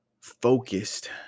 focused